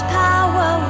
power